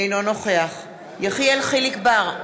אינו נוכח יחיאל חיליק בר,